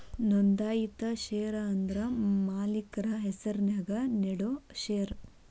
ನೋಂದಾಯಿತ ಷೇರ ಅಂದ್ರ ಮಾಲಕ್ರ ಹೆಸರ್ನ್ಯಾಗ ನೇಡೋ ಷೇರ